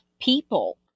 people